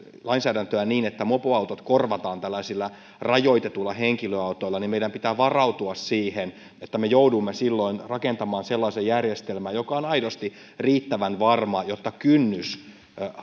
lainsäädäntöä niin että mopoautot korvataan tällaisilla rajoitetuilla henkilöautoilla niin meidän pitää varautua siihen että me joudumme silloin rakentamaan sellaisen järjestelmän joka on aidosti riittävän varma jotta kynnys